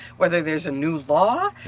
whether there is a new law.